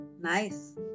nice